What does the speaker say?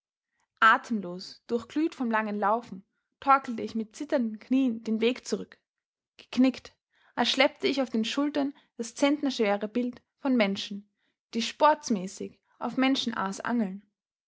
atemlos durchglüht vom langen lauf torkelte ich mit zitternden knien den weg zurück geknickt als schleppte ich auf den schultern das zentnerschwere bild von menschen die sportsmäßig auf menschenaas angeln